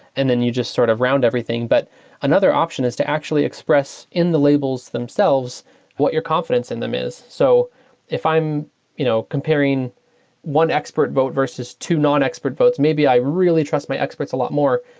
and then you just sort of round everything. but another option is to actually express in the labels themselves what your confidence in them is. so if i'm you know comparing one expert vote versus two non-expert votes, maybe i really trust my experts a lot more.